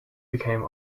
became